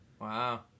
Wow